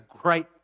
great